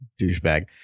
douchebag